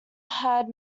had